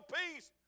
peace